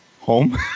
home